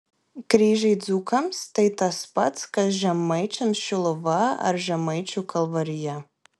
kryžiai dzūkams tai tas pats kas žemaičiams šiluva ar žemaičių kalvarija